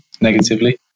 negatively